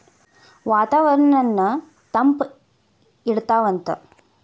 ವಾತಾವರಣನ್ನ ತಂಪ ಇಡತಾವಂತ